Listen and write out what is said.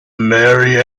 marry